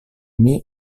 min